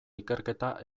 ikerketa